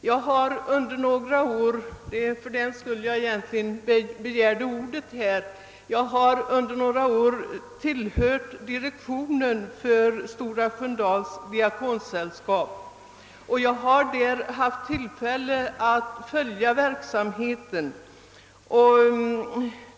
Jag har under några år — det är fördenskull jag begärde ordet — tillhört direktionen för Svenska diakonsällskapet och har haft tillfälle att följa verksamheten vid Stora Sköndal.